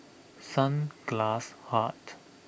Sunglass Hut